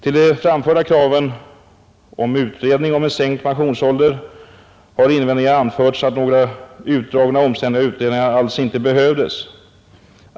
Till de framförda kraven om utredning om sänkt pensionsålder har invändningen anförts, att några utdragna omständliga utredningar alls inte behövdes.